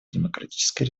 демократической